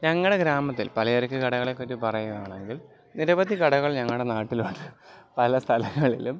ഞങ്ങളുടെ ഗ്രാമത്തിൽ പലചരക്ക് കടകളെ പറ്റി പറയുവാണെങ്കിൽ നിരവധി കടകൾ ഞങ്ങളുടെ നാട്ടിലുണ്ട് പല സ്ഥലങ്ങളിലും